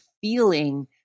feeling